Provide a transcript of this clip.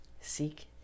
seek